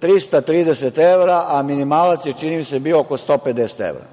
330 evra, a minimalac je, čini mi se, bio oko 150 evra.